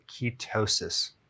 ketosis